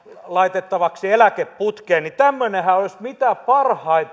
laitettavaksi eläkeputkeen tämmöinenhän olisi mitä parhain